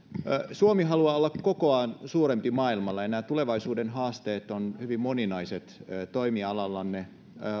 suomi haluaa olla kokoaan suurempi maailmalla ja nämä tulevaisuuden haasteet ovat hyvin moninaiset toimialallanne